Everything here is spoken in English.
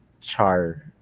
Char